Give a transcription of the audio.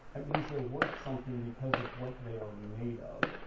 that means they're worth something because of what they are made of,